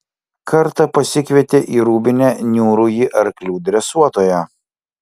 kartą pasikvietė į rūbinę niūrųjį arklių dresuotoją